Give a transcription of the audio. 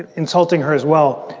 and insulting her as well,